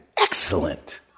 excellent